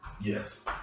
Yes